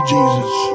Jesus